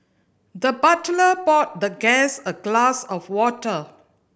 the butler poured the guest a glass of water